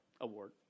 award